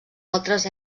altres